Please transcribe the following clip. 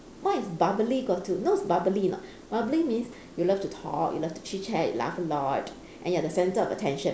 what is bubbly got to you know what's bubbly or not bubbly means you love to talk you love to chit chat you laugh a lot and you are the centre of attention